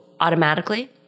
Automatically